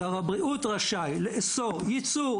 שר הבריאות רשאי לאסור ייצור,